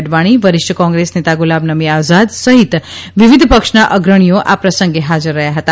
અડવાણી વરષિઠ કોગ્રેસ નેતા ગુલામનબી આઝાદ સહતિ વવિધિ પક્ષનાઅગ્રણીઓખા પ્રસંગેહાજર રહ્યાહતા